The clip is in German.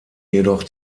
jedoch